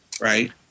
right